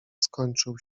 skończył